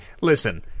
listen